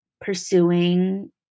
pursuing